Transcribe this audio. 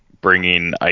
bringing